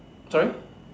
sorry